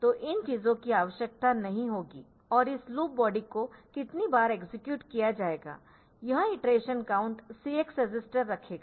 तो इन चीजों की आवश्यकता नहीं होगी और इस लूप बॉडी को कितनी बार एक्सेक्यूट किया जाएगा यह इटरेशन काउंट CX रजिस्टर रखेगा